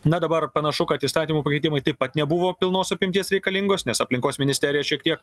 na dabar panašu kad įstatymų pakeitimai taip pat nebuvo pilnos apimties reikalingos nes aplinkos ministerija šiek tiek